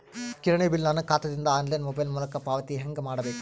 ಕಿರಾಣಿ ಬಿಲ್ ನನ್ನ ಖಾತಾ ದಿಂದ ಆನ್ಲೈನ್ ಮೊಬೈಲ್ ಮೊಲಕ ಪಾವತಿ ಹೆಂಗ್ ಮಾಡಬೇಕು?